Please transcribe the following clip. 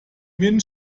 minh